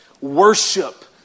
worship